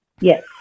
Yes